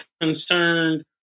concerned